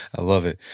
i love it.